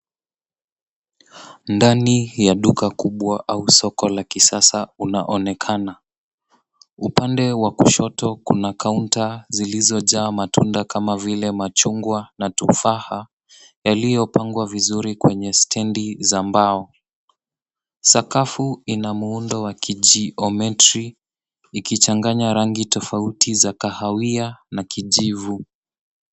Ndani ya duka kubwa au soko la kisasa unaonekana. Upande wa kushoto kuna kaunta zilizojaa matunda kama vile machungwa na tufaha, yaliyopangwa vizuri kwenye stendi za mbao. Sakafu ina muundo wa kijiometri ikichanganya rangi tofauti za kahawia na kijivu.